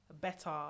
better